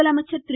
முதலமைச்சர் திரு